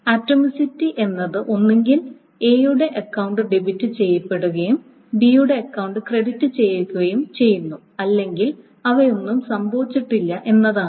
atomicity എന്നത് ഒന്നുകിൽ A യുടെ അക്കൌണ്ട് ഡെബിറ്റ് ചെയ്യപ്പെടുകയും B യുടെ അക്കൌണ്ട് ക്രെഡിറ്റ് ചെയ്യുകയും ചെയ്യുന്നു അല്ലെങ്കിൽ അവയൊന്നും സംഭവിച്ചിട്ടില്ല എന്നതാണ്